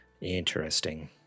Interesting